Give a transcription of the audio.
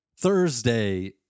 Thursday